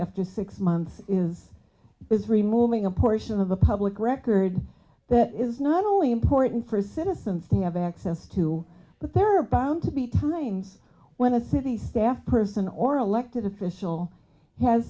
after six months is is removing a portion of the public record that is not only important for citizens to have access to but there are bound to be times when a city staff person or elected official has